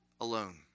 alone